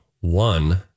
one